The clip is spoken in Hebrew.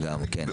גם, כן.